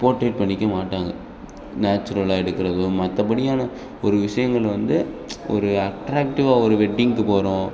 portrait பண்ணிக்க மாட்டாங்க நேச்சுரலாக எடுக்கிறது மற்றபடியான ஒரு விஷயங்கள வந்து ஒரு அட்ராக்ட்டிவாக ஒரு வெட்டிங்க்குப் போகிறோம்